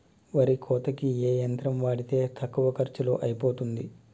వరి కోతకి ఏ యంత్రం వాడితే తక్కువ ఖర్చులో అయిపోతుంది?